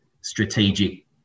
strategic